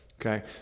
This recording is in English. okay